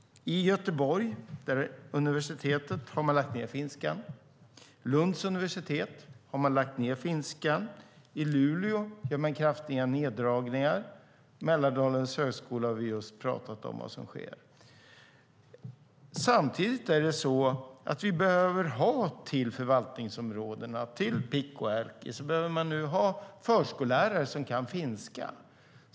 På universitetet i Göteborg har man lagt ned finskan. På Lunds universitet har man lagt ned finskan. I Luleå gör man kraftiga neddragningar. Vi har just pratat om vad som sker på Mälardalens högskola. Samtidigt behöver vi ha människor som kan finska i förvaltningsområdena. Pikku-Erkki behöver nu ha förskollärare som kan finska.